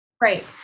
right